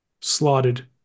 slotted